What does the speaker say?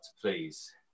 please